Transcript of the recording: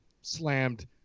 slammed